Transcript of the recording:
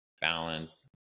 balance